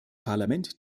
parlament